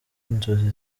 inzozi